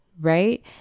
right